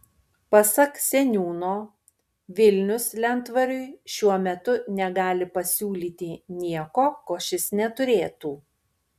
pasak seniūno vilnius lentvariui šiuo metu negali pasiūlyti nieko ko šis neturėtų